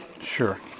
sure